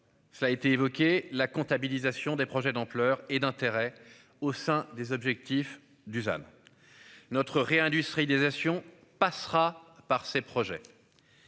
Ça a été évoqué la comptabilisation des projets d'ampleur et d'intérêt au sein des objectifs Dusan. Notre réindustrialisation passera par ces projets.